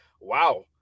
wow